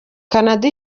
canada